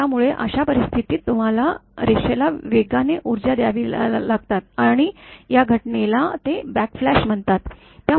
त्यामुळे अशा परिस्थितीत तुम्हाला रेषेला वेगाने ऊर्जा द्याव्या लागतात आणि या घटनेला ते बॅकफ्लॅश म्हणतात